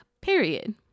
period